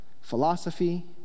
philosophy